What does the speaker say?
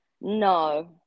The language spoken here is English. No